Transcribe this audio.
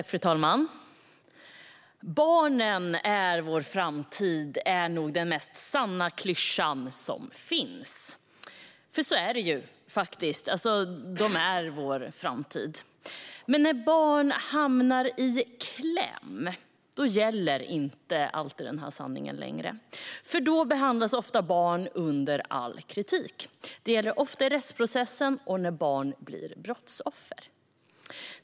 Fru talman! Barnen är vår framtid. Det är nog den sannaste klyschan som finns, för så är det ju faktiskt. De är vår framtid. Men när barn hamnar i kläm gäller den sanningen inte alltid längre, för då behandlas barn ofta under all kritik. Det gäller ofta i rättsprocessen och när barn blir brottsoffer.